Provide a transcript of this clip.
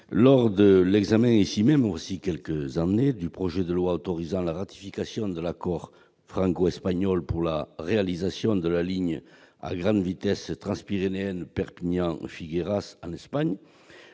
Lors de l'examen par notre assemblée, voilà quelques années, du projet de loi autorisant la ratification de l'accord franco-espagnol pour la réalisation de la ligne à grande vitesse transpyrénéenne Perpignan-Figueras, j'avais